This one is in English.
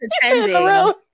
pretending